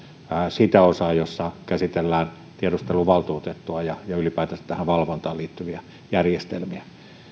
sitä osaa jossa käsitellään tiedusteluvaltuutettua ja ylipäätänsä tähän valvontaan liittyviä järjestelmiä